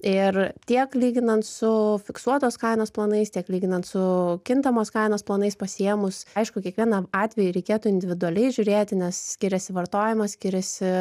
ir tiek lyginant su fiksuotos kainos planais tiek lyginant su kintamos kainos planais pasiėmus aišku kiekvieną atvejį reikėtų individualiai žiūrėti nes skiriasi vartojimas skiriasi